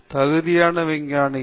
தகுதியான விஞ்ஞானிகள்